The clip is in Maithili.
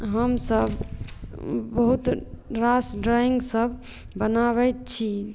हमसभ बहुत रास ड्राइङ्गसभ बनाबैत छी